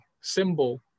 symbol